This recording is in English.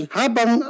habang